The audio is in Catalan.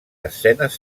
escenes